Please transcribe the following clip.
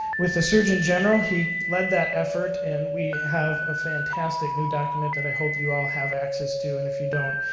with the surgeon general, he led that effort, and we have a fantastic new document that i hope you all have access to. and if you don't,